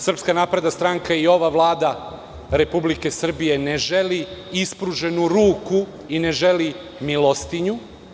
Srpska napredna stranka i ova vlada Republike Srbije ne želi ispruženu ruku i ne želi milostinju.